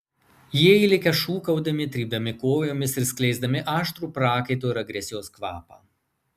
jie įlekia šūkaudami trypdami kojomis ir skleisdami aštrų prakaito ir agresijos kvapą